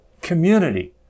community